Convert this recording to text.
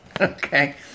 Okay